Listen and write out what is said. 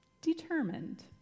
determined